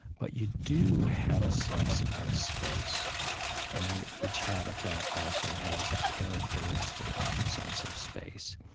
but you do have a sense of space and each habitat also has a characteristic sense of space.